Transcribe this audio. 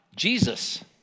Jesus